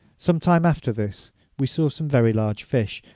some time after this we saw some very large fish,